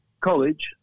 college